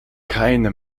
keine